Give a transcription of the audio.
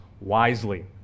wisely